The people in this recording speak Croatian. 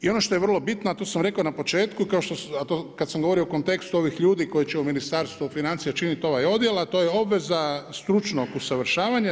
I ono što je vrlo bitno, a to sam rekao na početku kad sam govorio o kontekstu ovih ljudi koje će u Ministarstvu financija činiti ovaj odjel, a to je obveza stručnog usavršavanja.